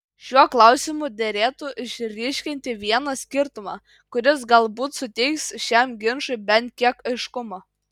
šiuo klausimu derėtų išryškinti vieną skirtumą kuris galbūt suteiks šiam ginčui bent kiek aiškumo